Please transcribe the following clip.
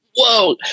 Whoa